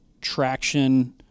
traction